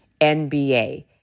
NBA